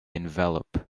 envelope